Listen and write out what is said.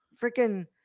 freaking